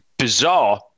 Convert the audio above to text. Bizarre